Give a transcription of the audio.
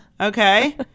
Okay